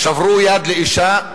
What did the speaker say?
שברו יד לאשה,